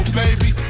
baby